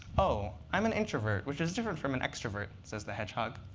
oh, i'm an introvert, which is different from an extrovert, says the hedgehog.